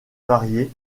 varié